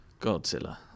Godzilla